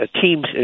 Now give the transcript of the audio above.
teams